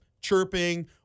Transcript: chirping